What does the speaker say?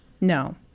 no